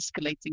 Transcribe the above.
escalating